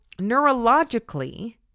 neurologically